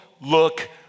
look